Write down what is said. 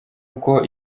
uko